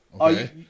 Okay